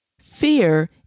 Fear